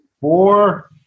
four